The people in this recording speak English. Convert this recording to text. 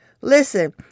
Listen